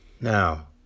now